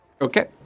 Okay